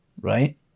right